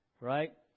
right